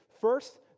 First